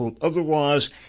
Otherwise